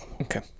Okay